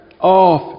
off